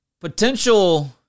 potential